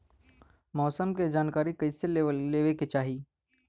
मौसम के जानकारी कईसे लेवे के चाही?